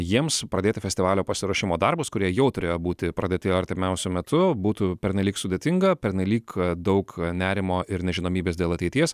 jiems pradėti festivalio pasiruošimo darbus kurie jau turėjo būti pradėti artimiausiu metu būtų pernelyg sudėtinga pernelyg daug nerimo ir nežinomybės dėl ateities